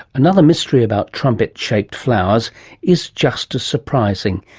another mystery about trumpet shaped flowers is just as surprising